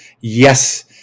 Yes